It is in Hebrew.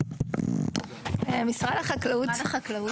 משרד החקלאות.